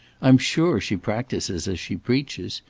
i'm sure she practices as she preaches.